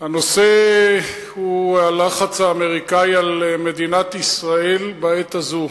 הנושא הוא הלחץ האמריקני על מדינת ישראל בעת הזאת.